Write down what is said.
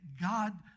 God